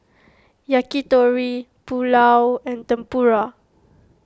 Yakitori Pulao and Tempura